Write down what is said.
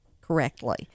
correctly